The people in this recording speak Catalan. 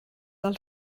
del